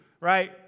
right